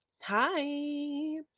Hi